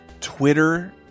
Twitter